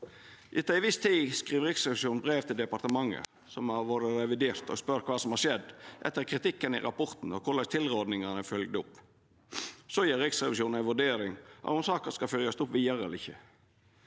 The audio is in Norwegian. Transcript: Etter ei viss tid skriv Riksrevisjonen brev til departementa som har vore reviderte, og spør kva som har skjedd etter kritikken i rapporten, og korleis tilrådingane er følgde opp. Så gjer Riksrevisjonen ei vurdering av om saka skal følgjast opp vidare eller ikkje.